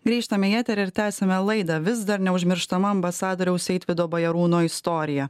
grįžtame į eterį ir tęsiame laidą vis dar neužmirštama ambasadoriaus eitvydo bajarūno istorija